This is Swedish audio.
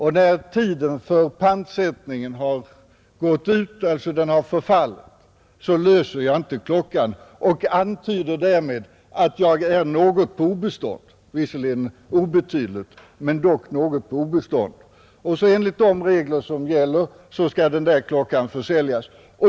När tiden för pantsättningen har gått ut — panten har alltså förfallit — löser jag inte in klockan och ger därmed intrycket att jag är något, om än obetydligt, på obestånd. Enligt de regler som gäller skall panten/klockan försäljas.